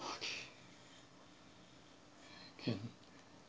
okay can